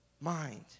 mind